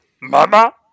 Mama